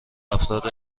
افراد